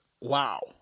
wow